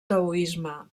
taoisme